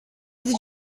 did